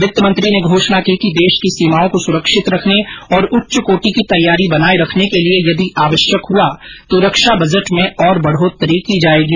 वित्तमंत्री ने घोषणा की कि देश की सीमाओं को सुरक्षित रखने और उच्चकोटि की तैयारी बनाए रखने के लिए यदि आवश्यकक हुआ तो रक्षा बजट में और बढ़ोतरी की जाएगी